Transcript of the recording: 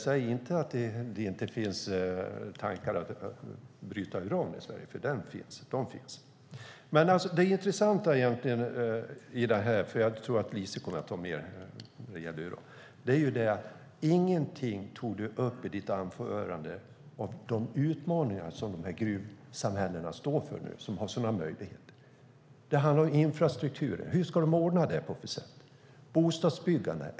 Säg inte att det inte finns tankar om att bryta uran i Sverige. De finns! Det intressanta i det här - jag tror att Lise kommer att tala mer om uran - är att du inte tog upp någonting i ditt anförande om de utmaningar som gruvsamhällena står för nu när de har sådana här möjligheter. Det handlar om infrastrukturer. Vad ska de ordna det på för sätt? Hur blir det med bostadsbyggandet?